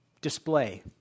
display